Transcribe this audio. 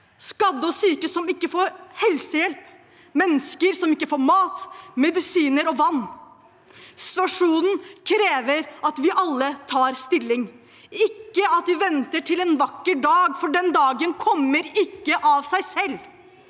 skadde og syke som ikke får helsehjelp, mennesker som ikke får mat, medisiner og vann. Situasjonen krever at vi alle tar stilling – ikke at vi venter til en vakker dag, for den dagen kommer ikke av seg selv.